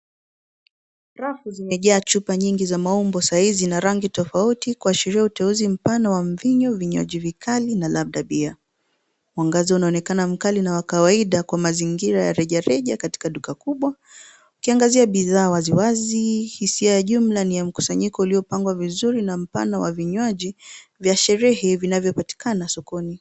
Rafu zimejaa chupa nyingi za maumbo, size ,na rangi tofauti kuashiria uteuzi mpana wa mvinyo, vinywaji vikali na labda beer .Mwangaza unaonekana mkali na wa kawaida kwa mazingira ya rejareja katika duka kubwa. Ukiangazia bidhaa waziwazi, hisia jumla ni ya mkusanyiko uliopangwa vizuri na mpana wa vinywaji vya sherehe vinavyopatikana sokoni.